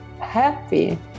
happy